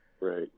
Right